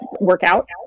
workout